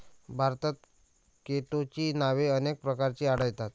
भारतात केटोची नावे अनेक प्रकारची आढळतात